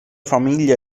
famiglia